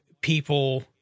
people